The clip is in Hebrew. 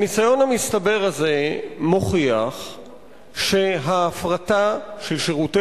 הניסיון המצטבר הזה מוכיח שההפרטה של שירותי